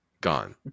Gone